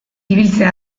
ibiltzea